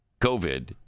COVID